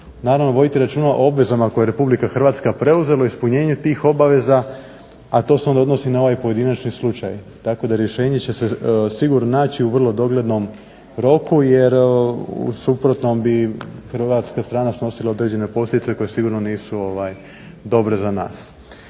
naravno voditi računa o obvezama koje je RH preuzela, ispunjenje tih obaveza, a to se onda odnosi na ovaj pojedinačni slučaj, tako da rješenje će se sigurno naći u vrlo doglednom roku jer u suprotnom mi hrvatska strana snosila određene posljedice koje sigurno nisu dobre za nas.